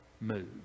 move